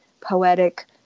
poetic